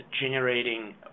generating